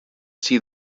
see